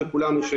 וגם היום,